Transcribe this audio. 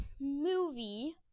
movie